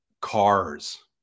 cars